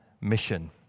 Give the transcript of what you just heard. mission